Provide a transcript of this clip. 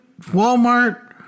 Walmart